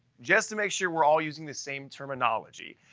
just to make sure we're all using the same terminology,